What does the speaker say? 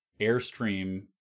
Airstream